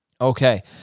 Okay